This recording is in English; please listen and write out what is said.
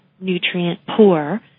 nutrient-poor